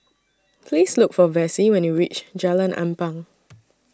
Please Look For Vessie when YOU REACH Jalan Ampang